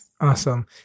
Awesome